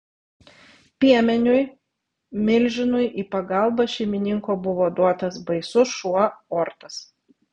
piemeniui milžinui į pagalbą šeimininko buvo duotas baisus šuo ortas